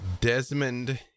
Desmond